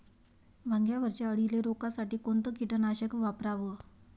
वांग्यावरच्या अळीले रोकासाठी कोनतं कीटकनाशक वापराव?